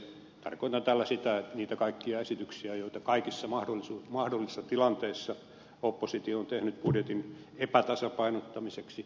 tarkoitan tällä niitä kaikkia esityksiä joita kaikissa mahdollisissa tilanteissa oppositio on tehnyt budjetin epätasapainottamiseksi